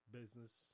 business